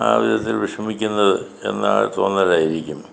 ആ വിധത്തിൽ വിഷമിക്കുന്നത് എന്ന തോന്നലായിരിക്കും